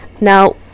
now